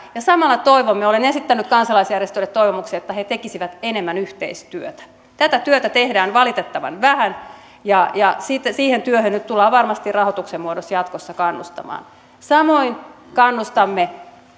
samalla toivomme ja olen esittänyt kansalaisjärjestöille toivomuksen että he tekisivät enemmän yhteistyötä tätä työtä tehdään valitettavan vähän ja siihen työhön nyt tullaan varmasti rahoituksen muodossa jatkossa kannustamaan samoin kannustamme